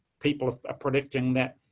people are predicting that,